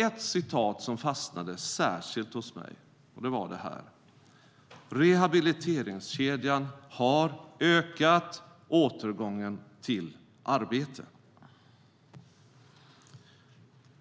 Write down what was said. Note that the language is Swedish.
Ett uttalande fastnade särskilt hos mig: Rehabiliteringskedjan har ökat återgången till arbete.